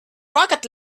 bucket